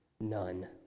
none